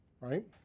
right